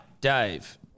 Dave